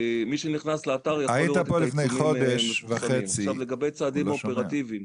מי שנכנס לאתר יכול לראות --- לגבי צעדים אופרטיביים,